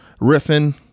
riffing